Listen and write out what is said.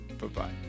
Bye-bye